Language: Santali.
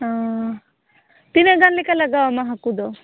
ᱚᱻ ᱛᱤᱱᱟᱹᱜ ᱜᱟᱱ ᱞᱮᱠᱟ ᱞᱟᱜᱟᱣ ᱟᱢᱟ ᱦᱟᱹᱠᱩ ᱫᱚ